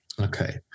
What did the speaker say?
Okay